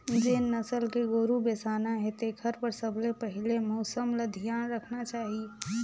जेन नसल के गोरु बेसाना हे तेखर बर सबले पहिले मउसम ल धियान रखना चाही